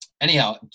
anyhow